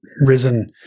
risen